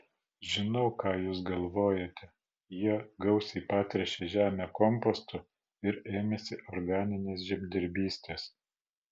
žinau ką jūs galvojate jie gausiai patręšė žemę kompostu ir ėmėsi organinės žemdirbystės